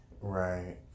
Right